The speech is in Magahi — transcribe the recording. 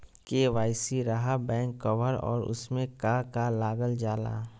के.वाई.सी रहा बैक कवर और उसमें का का लागल जाला?